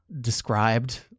described